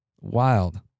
Wild